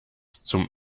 zum